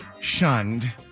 shunned